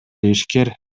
ишкер